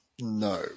No